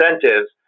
incentives